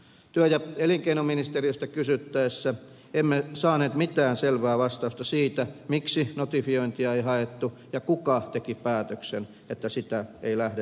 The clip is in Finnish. työ ja elinkeinoministeriöstä kysyttäessä emme saaneet mitään selvää vastausta siitä miksi notifiointia ei haettu ja kuka teki päätöksen että sitä ei lähdetä hakemaan